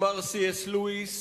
אמר ק"ס לואיס,